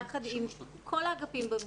יחד עם כל אגפי המשרד.